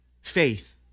faith